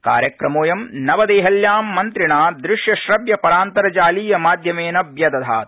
कार्यक्रमोऽयं नवदेहल्यां मन्तिणा दृश्य श्रव्य परान्तर्जालीय माध्यमेन व्यदधात्